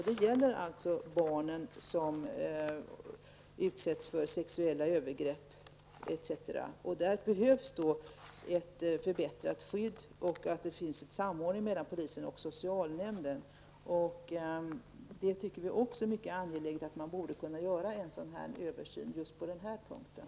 Det gäller barn som utsätts för sexuella övergrepp m.m. Det behövs ett förbättrat skydd och en samordning mellan polisen och socialnämnden. Vi tycker att det är mycket angeläget och att man borde kunna göra en sådan översyn på just den här punkten.